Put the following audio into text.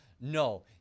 No